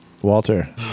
Walter